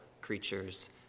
creatures